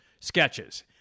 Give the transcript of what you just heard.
sketches